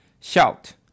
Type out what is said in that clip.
Shout